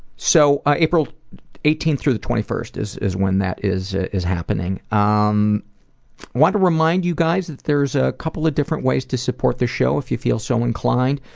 so ah april eighteenth through the twenty first is is when that is is happening. i um want to remind you guys that there's a couple of different ways to support the show if you feel so inclined.